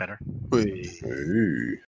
better